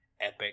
epic